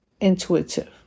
intuitive